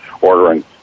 ordering